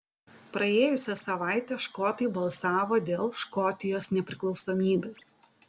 praėjusią savaitę škotai balsavo dėl škotijos nepriklausomybės